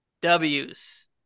W's